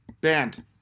Banned